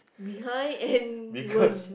behind and will